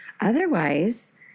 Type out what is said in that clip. Otherwise